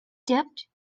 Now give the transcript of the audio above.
dipped